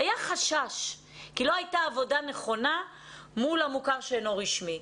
היה חשש כי לא הייתה עבודה נכונה מול המוכר שאינו רשמי,